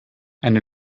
eine